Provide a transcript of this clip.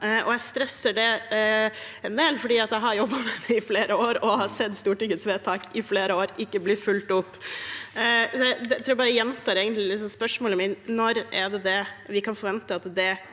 Jeg stresser det en del, for jeg har jobbet med det i flere år og har sett Stortingets vedtak i flere år ikke bli fulgt opp. Jeg tror jeg bare gjentar spørsmålet mitt: Når er det vi kan forvente at det